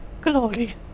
glory